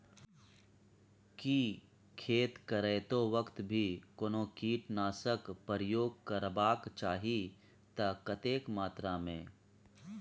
की खेत करैतो वक्त भी कोनो कीटनासक प्रयोग करबाक चाही त कतेक मात्रा में?